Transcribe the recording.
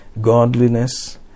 godliness